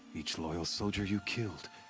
each loyal soldier you killed.